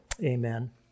Amen